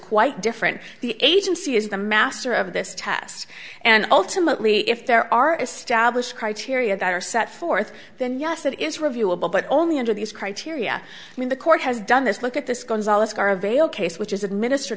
quite different the agency is the master of this task and ultimately if there are established criteria that are set forth then yes it is reviewable but only under these criteria i mean the court has done this look at this gonzales carvell case which is administer